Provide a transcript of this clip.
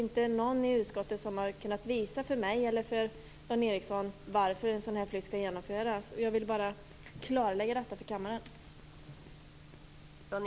Ingen i utskottet har kunnat visa för mig eller för Dan Ericsson varför en sådan här flytt skall genomföras. Jag ville bara klarlägga detta för kammaren.